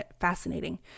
fascinating